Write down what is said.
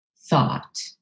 thought